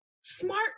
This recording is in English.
smart